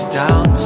down